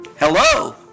Hello